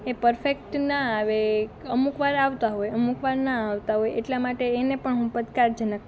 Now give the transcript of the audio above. એ perfect ન આવે એક અમુક વાર આવતાં હોય અમુક વાર ન આવતાં હોય એટલાં માટે એને પણ હું પડકારજનક